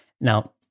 Now